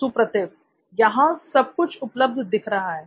सुप्रतिव यहां सब कुछ उपलब्ध दिख रहा है